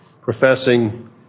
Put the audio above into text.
professing